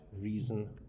reason